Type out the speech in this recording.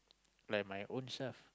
like my ownself